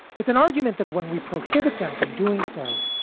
it's an argument that when we prohibit them from doing so,